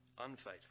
unfaithful